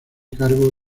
cargo